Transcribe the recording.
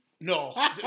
No